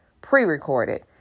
pre-recorded